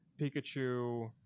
Pikachu